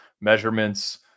measurements